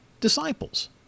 disciples